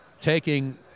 taking